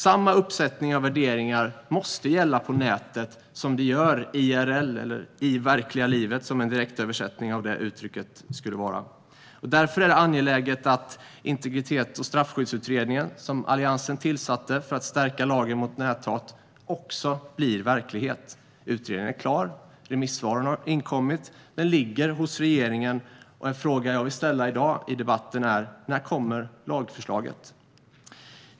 Samma uppsättning av värderingar måste gälla på nätet som IRL, eller i verkliga livet, som är en direktöversättning av det uttrycket. Därför är det angeläget att förslaget från Integritets och straffskyddsutredningen, som Alliansen tillsatte för att stärka lagen mot näthat, också blir verklighet. Utredningen är klar. Remissvaren har inkommit. Den ligger hos regeringen. En fråga jag vill ställa i debatten i dag är: När kommer lagförslaget?